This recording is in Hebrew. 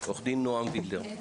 עו"ד נעם וילדר.